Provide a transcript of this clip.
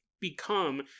become